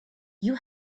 you